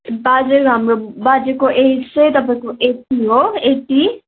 बाजे हाम्रो बाजेको एज चाहिँ तपाईँको लगभग एटी हो एटी